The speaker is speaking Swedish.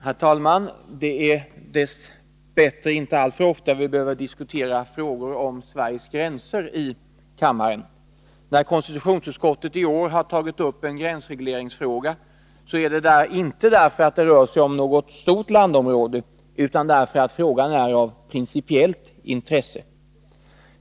Herr talman! Det är dess bättre inte alltför ofta vi här i kammaren behöver diskutera frågor om Sveriges gränser. När konstitutionsutskottet i år har tagit upp en gränsregleringsfråga, är det inte därför att det rör något stort landområde utan därför att frågan är av principiellt intresse.